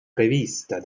prevista